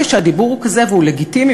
כשהדיבור הוא כזה והוא לגיטימי,